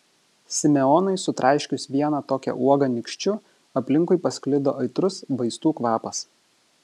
simeonui sutraiškius vieną tokią uogą nykščiu aplinkui pasklido aitrus vaistų kvapas